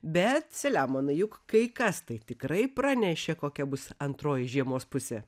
bet selemonai juk kai kas tai tikrai pranešė kokia bus antroji žiemos pusė